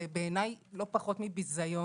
זה בעיניי לא פחות מביזיון.